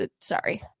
Sorry